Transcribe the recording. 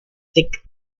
thick